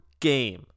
game